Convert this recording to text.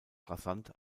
rasant